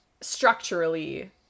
structurally